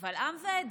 קבל עם ועדה,